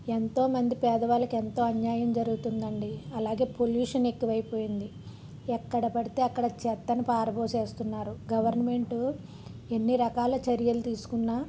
ఎంతోమంది పేదవాళ్ళకి ఎంతో అన్యాయం జరుగుతుంది అండి అలాగే పొల్యూషన్ ఎక్కువై పోయింది ఎక్కడ పడితే అక్కడ చెత్తని పారబోసేస్తున్నారు గవర్నమెంటు ఎన్ని రకాల చర్యలు తీసుకున్నా